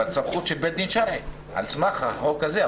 אבל הסמכות היא של בית דין שרעי על סמך החוק הזה.